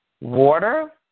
water